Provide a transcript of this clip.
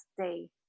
day